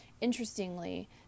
interestingly